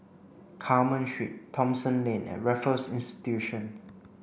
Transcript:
Carmen Street Thomson Lane and Raffles Institution